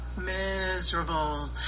miserable